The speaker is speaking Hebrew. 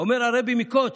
אומר הרבי מקוצק: